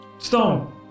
Stone